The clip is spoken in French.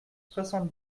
soixante